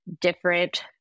different